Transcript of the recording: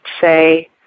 say